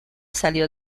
salió